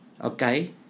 Okay